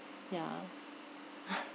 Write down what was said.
yeah